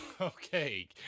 Okay